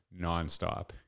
nonstop